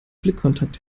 blickkontakt